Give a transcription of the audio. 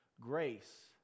Grace